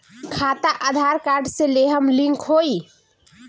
खाता आधार कार्ड से लेहम लिंक होई?